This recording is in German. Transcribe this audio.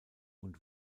und